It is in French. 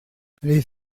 les